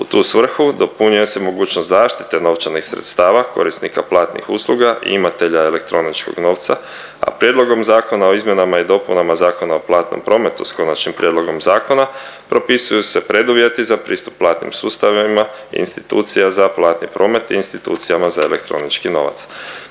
U tu svrhu dopunjuje se mogućnost zaštite novčanih sredstava korisnika platnih usluga imatelja elektroničkog novca, a Prijedlogom Zakona o izmjenama i dopunama Zakona o platnom prometu s konačnim prijedlogom zakona propisuju se preduvjeti za pristup platnim sustavima institucija za platni promet i institucijama za elektronički novac.